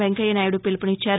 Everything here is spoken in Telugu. వెంకయ్య నాయుడు పిలుపునిచ్చారు